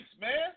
man